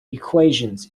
equations